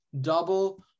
double